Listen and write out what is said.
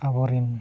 ᱟᱵᱚᱨᱮᱱ